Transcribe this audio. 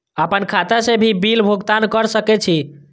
आपन खाता से भी बिल भुगतान कर सके छी?